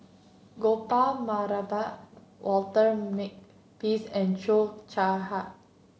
Gopal Baratham Walter Makepeace and Cheo Chai Hiang